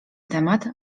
temat